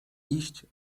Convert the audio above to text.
iść